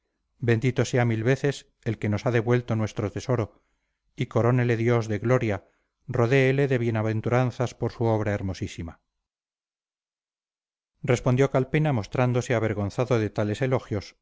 bendito sea mil veces el que nos ha devuelto nuestro tesoro y corónele dios de gloria rodéele de bienaventuranzas por su obra hermosísima respondió calpena mostrándose avergonzado de tales elogios